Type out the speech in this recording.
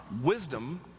Wisdom